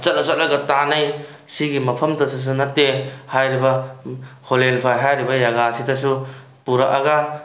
ꯆꯠꯂ ꯆꯠꯂꯒ ꯇꯥꯟꯅꯩ ꯁꯤꯒꯤ ꯃꯐꯝꯗꯨꯗꯁꯨ ꯅꯠꯇꯦ ꯍꯥꯏꯔꯤꯕ ꯍꯣꯂꯦꯟꯐꯥꯏ ꯍꯥꯏꯔꯤꯕ ꯖꯒꯥ ꯑꯁꯤꯗꯁꯨ ꯄꯨꯔꯛꯑꯒ